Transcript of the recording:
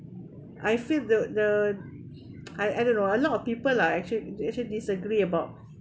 I feel the the I I don't know a lot of people lah actually actually disagree about